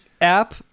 app